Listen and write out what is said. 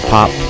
Pop